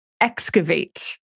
excavate